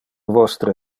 vostre